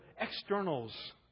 externals